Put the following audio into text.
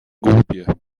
głupie